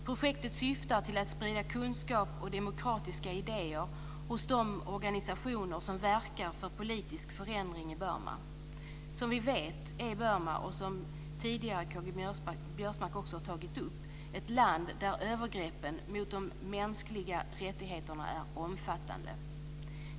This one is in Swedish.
Projektet syftar till att sprida kunskap och demokratiska idéer hos de organisationer som verkar för politisk förändring i Burma. Som vi vet är Burma, och som K-G Biörsmark också har tagit upp tidigare, ett land där övergreppen mot de mänskliga rättigheterna är omfattande.